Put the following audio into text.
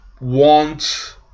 want